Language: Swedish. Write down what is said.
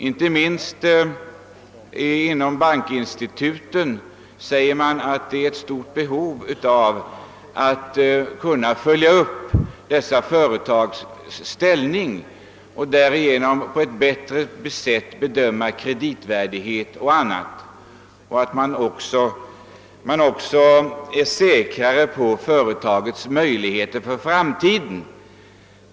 Inte minst inom bankinstituten säger man att det föreligger ett stort behov av att kunna överblicka ett företags ställning, varigenom man på ett bättre sätt än hittills kan bedöma dess kreditvärdighet och andra faktorer. Man blir även säkrare på att bedöma företagets möjligheter för framtiden.